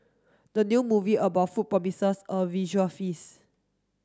the new movie about food promises a visual feast